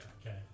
Okay